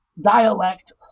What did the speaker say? dialect